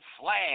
flag